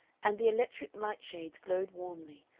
and the electric light shades glowed warmly,